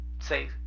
Say